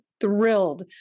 thrilled